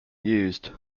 used